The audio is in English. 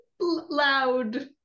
Loud